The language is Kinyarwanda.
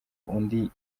undi